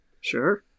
Sure